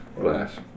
glass